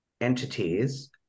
entities